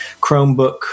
Chromebook